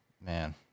man